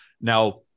Now